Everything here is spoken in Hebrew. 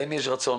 להם יש רצון,